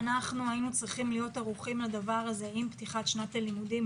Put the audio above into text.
אנחנו היינו צריכים להיות ערוכים לדבר הזה עם פתיחת שנת הלימודים.